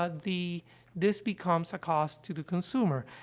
ah the this becomes a cost to the consumer.